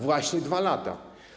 Właśnie 2 lata.